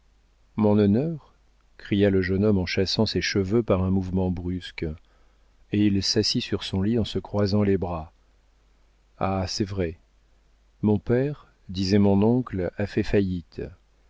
mon honneur cria le jeune homme en chassant ses cheveux par un mouvement brusque et il s'assit sur son lit en se croisant les bras ah c'est vrai mon père disait mon oncle a fait faillite